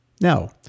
Now